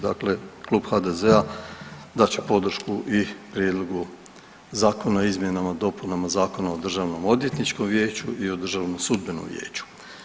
Dakle, klub HDZ-a dat će podršku i prijedlogu Zakona o izmjenama i dopunama Zakona o Državnoodvjetničkom vijeću i o Državnom sudbenom vijeću.